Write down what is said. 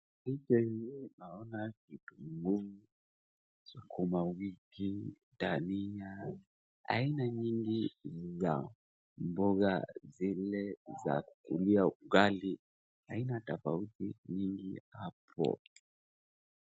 Picha hii naona kitunguu, sukuma wiki, Dania, aina nyingi za mboga zile za kukulia ugali, aina tofauti nyingi hapo.